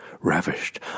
Ravished